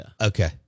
Okay